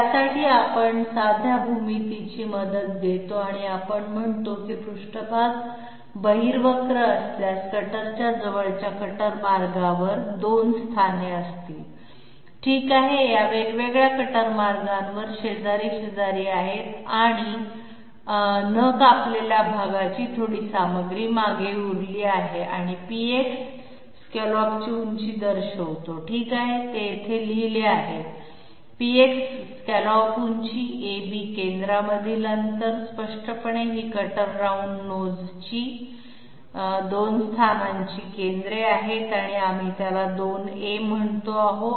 त्यासाठी आपण साध्या भूमितीची मदत घेतो आणि आपण म्हणतो की पृष्ठभाग बहिर्वक्र असल्यास कटरच्या जवळच्या कटर मार्गांवर 2 स्थाने असतील ठीक आहे या वेगवेगळ्या कटर मार्गांवर शेजारी शेजारी आहेत आणि आणि न कापलेल्या भागाची थोडी सामग्री मागे उरली आहे आणि PX स्कॅलॉपची उंची दर्शवतो ठीक आहे ते येथे लिहिले आहे PX स्कॅलप उंची AB केंद्रांमधील अंतर स्पष्टपणे ही कटर राऊंड नोज ची कटरच्या गोल नाकाच्या दोन स्थानांची केंद्रे आहेत आणि आम्ही त्याला 2a म्हणत आहोत